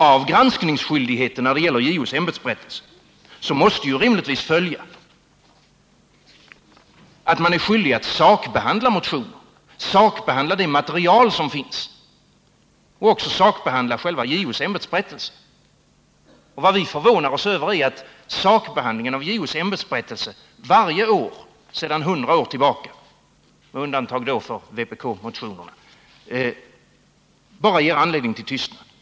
Av granskningsskyldigheten när det gäller JO:s ämbetsberättelse måste rimligtvis följa att man är skyldig att sakbehandla motioner, att sakbehandla det material som finns och att också sakbehandla JO:s ämbetsberättelse. Vad vi förvånar oss över är att sakbehandlingen av JO:s ämbetsberättelse varje år sedan hundra år tillbaka — med undantag för de motioner som väckts av vpk — bara ger anledning till tystnad.